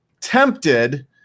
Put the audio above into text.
tempted